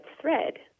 thread